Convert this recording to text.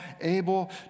able